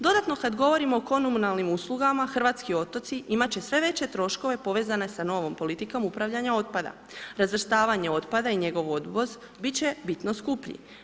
Dodatno kad govorimo o komunalnim uslugama, hrvatski otoci imat će sve veće troškove povezane sa novom politikom upravljanja otpada, razvrstavanje otpada i njegov odvoz bit će bitno skuplji.